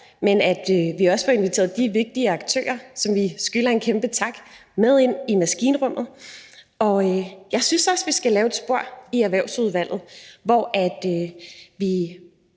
om, at vi får inviteret de vigtige aktører, som vi skylder en kæmpe tak, med ind i maskinrummet. Og jeg synes også, vi skal lave et spor i Erhvervsudvalget, hvor vi